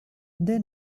they